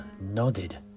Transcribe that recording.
nodded